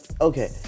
okay